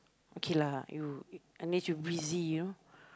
okay lah you unless you busy you know